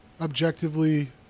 objectively